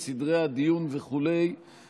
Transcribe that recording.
אני אסביר את סדרי הדיון וההצבעות.